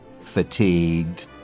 fatigued